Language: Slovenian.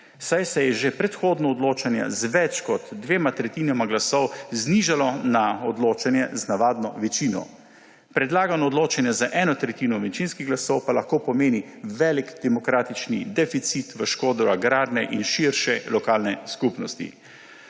saj se je že predhodno odločanje z več kot dvema tretjinama glasov znižalo na odločanje z navadno večino. Predlagano odločanje z eno tretjino večinskih glasov pa lahko pomeni velik demokratični deficit v škodo agrarne in širše lokalne skupnosti.